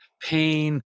pain